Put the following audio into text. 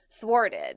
thwarted